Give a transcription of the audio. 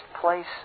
place